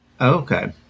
Okay